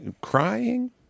crying